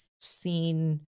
seen